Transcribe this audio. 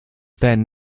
then